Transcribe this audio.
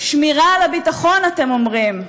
שמירה על ביטחון, אתם אומרים,